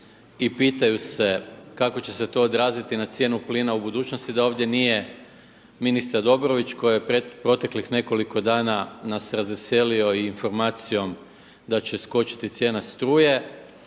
i pitaju se kako će se to odraziti na cijenu plina u budućnosti da ovdje nije ministar Dobrović koji je proteklih nekoliko dana nas razveselio i informacijom da će skočiti cijena struje.